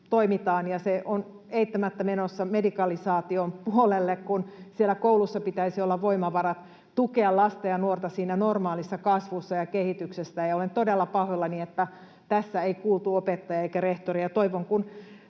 toimitaan, ja se on eittämättä menossa medikalisaation puolelle, kun siellä koulussa pitäisi olla voimavarat tukea lasta ja nuorta siinä normaalissa kasvussa ja kehityksessä. Olen todella pahoillani, että tässä ei kuultu opettajia eikä rehtoreita. Toivon,